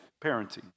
Parenting